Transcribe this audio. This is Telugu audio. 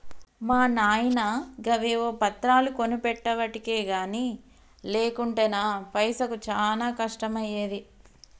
మా నాయిన గవేవో పత్రాలు కొనిపెట్టెవటికె గని లేకుంటెనా పైసకు చానా కష్టమయ్యేది